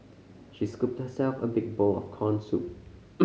she scooped herself a big bowl of corn soup